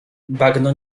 bagno